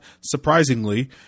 surprisingly